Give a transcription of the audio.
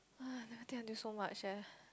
never think until so much eh